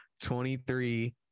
23